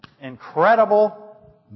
incredible